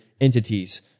entities